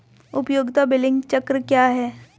उपयोगिता बिलिंग चक्र क्या है?